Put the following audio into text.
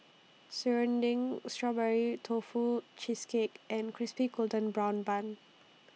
Serunding Strawberry Tofu Cheesecake and Crispy Golden Brown Bun